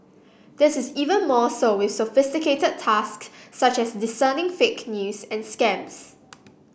this is even more so with sophisticated tasks such as discerning fake news and scams